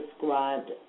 described